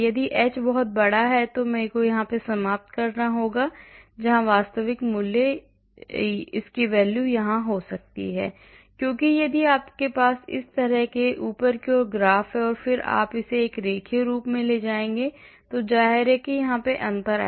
यदि h बहुत बड़ा है तो मैं यहां समाप्त कर सकता हूं जहां वास्तविक मूल्य यहां हो सकता है क्योंकि यदि आपके पास इस तरह से ऊपर की ओर एक ग्राफ है और फिर आप इसे एक रेखीय के रूप में ले जाएंगे तो जाहिर है कि अंतर है